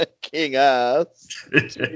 King-Ass